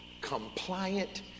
compliant